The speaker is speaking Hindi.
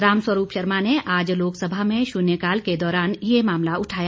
रामस्वरूप शर्मा ने आज लोकसभा में शून्यकाल के दौरान ये मामला उठाया